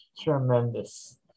tremendous